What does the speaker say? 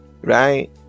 right